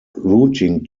routing